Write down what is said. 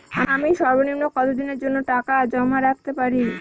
আমি সর্বনিম্ন কতদিনের জন্য টাকা জমা রাখতে পারি?